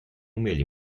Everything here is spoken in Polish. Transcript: umieli